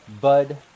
Bud